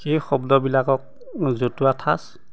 সেই শব্দবিলাকক জতুৱা ঠাঁচ